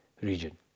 region